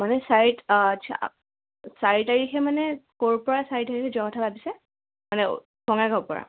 মানে চাৰি চাৰি তাৰিখে মানে ক'ৰপৰা চাৰি তাৰিখে যোৱা কথা ভাবিছে মানে বঙাইগাঁওৰপৰা